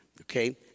Okay